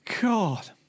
God